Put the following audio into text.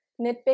nitpick